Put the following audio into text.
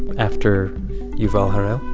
after yuval harel?